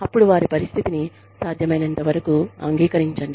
అప్పుడు వారి పరిస్థితిని సాధ్యమైనంతవరకు అంగీకరించండి